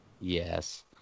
Yes